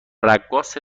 رقاص